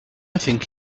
think